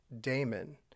Damon